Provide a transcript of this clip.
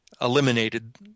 eliminated